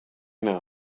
know